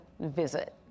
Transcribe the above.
visit